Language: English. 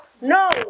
No